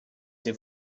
ses